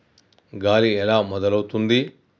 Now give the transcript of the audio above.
గాలి ఎలా మొదలవుతుంది?